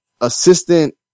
assistant